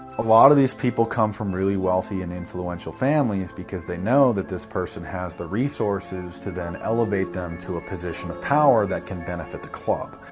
a lot of these people come from really wealthy and influential families because they know that this person has the resources to then elevate them to a position of power that can benefit the club.